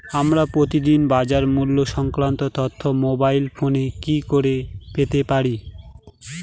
আমরা প্রতিদিন বাজার মূল্য সংক্রান্ত তথ্য মোবাইল ফোনে কি করে পেতে পারি?